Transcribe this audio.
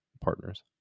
partners